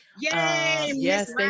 yes